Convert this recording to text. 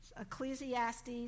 Ecclesiastes